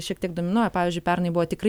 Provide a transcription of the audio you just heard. šiek tiek dominuoja pavyzdžiui pernai buvo tikrai